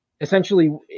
essentially